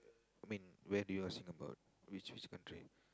I mean when you're Singapore will you choose this country